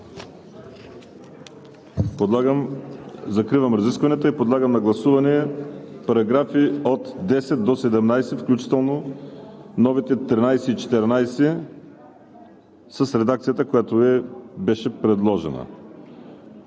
Закривам разискванията. Подлагам на гласуване параграфи от 10 до 17, включително новите параграфи 13 и 14 с редакцията, която беше предложена.